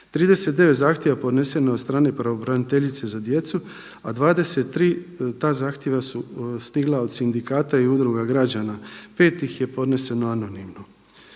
39 zahtjeva podneseno je od strane pravobraniteljice za djecu, a 23 ta zahtjeva su stigla od sindikata i udruga građana, 5 ih je podneseno anonimno.